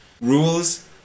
rules